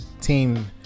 team